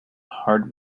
hard